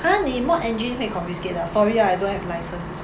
!huh! 你 modify engine 会 confiscate 的 ah sorry uh I don't have license